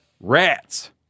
Rats